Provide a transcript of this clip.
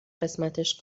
قسمتش